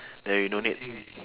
then you no need